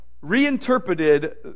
reinterpreted